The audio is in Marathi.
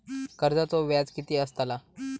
कर्जाचो व्याज कीती असताला?